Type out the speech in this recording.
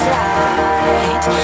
light